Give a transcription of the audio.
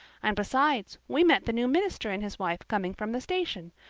and besides, we met the new minister and his wife coming from the station.